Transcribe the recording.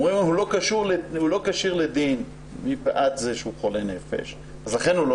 אומרים שהוא לא כשיר לדין מפאת זה שהוא חולה נפש ולכן הוא לא